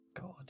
God